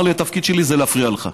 אמר לי: התפקיד שלי זה להפריע לך.